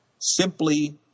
simply